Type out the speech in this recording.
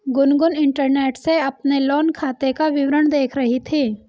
Gungun internet से अपने loan खाते का विवरण देख रही थी